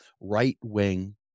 right-wing